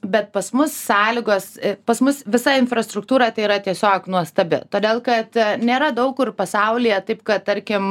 bet pas mus sąlygos pas mus visa infrastruktūra tai yra tiesiog nuostabi todėl kad nėra daug kur pasaulyje taip kad tarkim